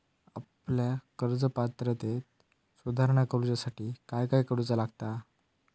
आपल्या कर्ज पात्रतेत सुधारणा करुच्यासाठी काय काय करूचा लागता?